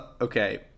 Okay